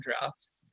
drops